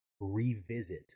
revisit